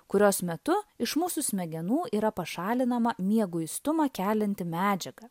kurios metu iš mūsų smegenų yra pašalinama mieguistumą kelianti medžiaga